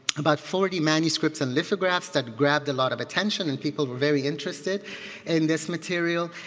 about forty manuscripts and lithographs that grabbed a lot of attention and people were very interested in this material.